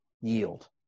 yield